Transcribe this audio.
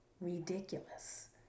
ridiculous